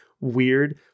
weird